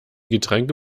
getränke